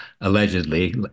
allegedly